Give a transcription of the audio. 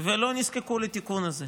ולא נזקקו לתיקון הזה.